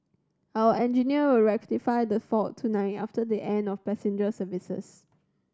our engineer will rectify the fault tonight after the end of passenger services